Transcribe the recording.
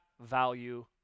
value